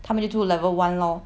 他们就住 level one lor